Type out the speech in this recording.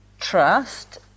trust